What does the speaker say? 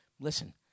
listen